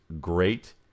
great